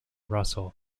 russell